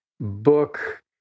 book